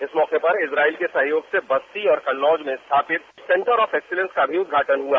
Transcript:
इस मौके पर इसाइल के सहयोग से बस्ती और कन्नौज में स्थापित सेंटर ऑफ एक्सीलेंस का भी उद्घाटन हुआ